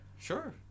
Sure